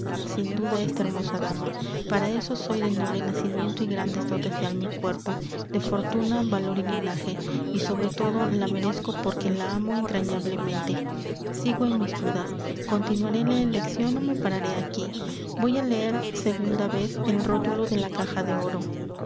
sin duda esta hermosa dama para eso soy de noble nacimiento y grandes dotes de alma y cuerpo de fortuna valor y linaje y sobre todo la merezco porque la amo entrañablemente sigo en mis dudas continuaré la eleccion ó me pararé aquí voy á leer segunda vez el rótulo de la caja de oro